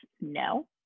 no